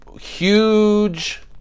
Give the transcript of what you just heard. huge